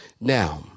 Now